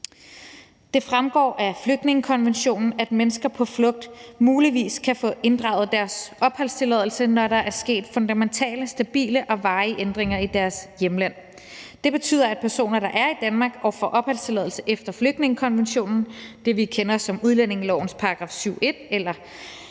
Det fremgår af flygtningekonventionen, at mennesker på flugt muligvis kan få inddraget deres opholdstilladelse, når der er sket fundamentale, stabile og varige ændringer i deres hjemland. Det betyder, at personer, der er i Danmark og får opholdstilladelse efter flygtningekonventionen – det, vi kender som udlændingelovens § 7, stk. 1, eller § 8,